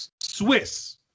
swiss